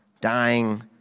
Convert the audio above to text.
dying